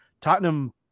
Tottenham